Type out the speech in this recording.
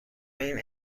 این